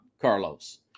Carlos